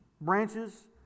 branches